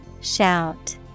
Shout